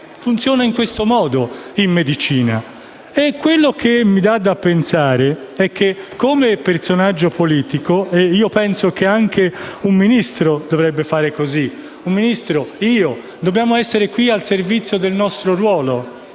Funziona in questo modo, in medicina. Ciò che mi dà da pensare è che, come personaggio politico - e io penso che anche un Ministro dovrebbe agire così - sia io che il Ministro siamo qui al servizio del nostro ruolo.